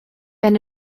wenn